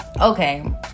okay